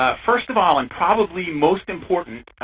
ah first of all, and probably most important,